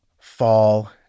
Fall